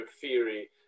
theory